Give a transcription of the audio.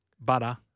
butter